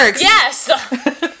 Yes